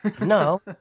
No